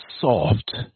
soft